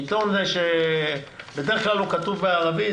עיתון שבדרך כלל הוא כתוב בערבית.